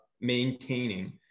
maintaining